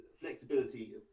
flexibility